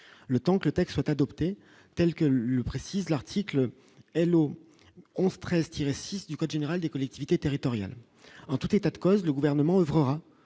le temps que le texte soit adopté, tels que le précise l'article LO on stresse 6 du code général des collectivités territoriales, en tout état de cause, le gouvernement oeuvrera